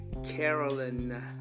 Carolyn